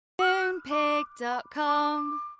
Moonpig.com